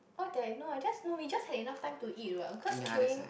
what that I know I just know we just have the enough time to eat what of course queueing